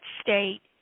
state